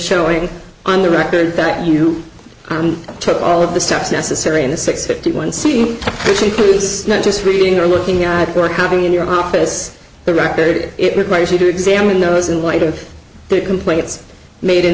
showing on the record that you took all of the steps necessary in a six fifty one scene which includes not just reading or looking at or coming in your office the record it requires you to examine those in light of the complaints made in